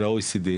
ה-OECD,